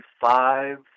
five